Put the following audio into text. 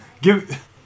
Give